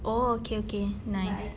oh okay okay nice